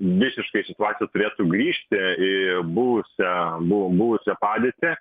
visiškai situacija turėtų grįžti į buvusią buvu buvusią padėtį